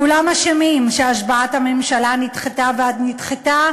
כולם אשמים שהשבעת הממשלה נדחתה ואז נדחתה,